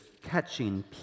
catching